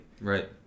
Right